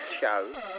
show